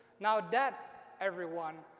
now, that, everyone,